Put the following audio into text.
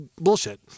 bullshit